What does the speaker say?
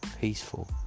peaceful